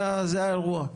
זה האירוע.